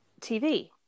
TV